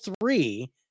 three